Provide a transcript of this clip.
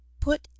put